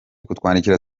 kutwandikira